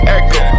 echo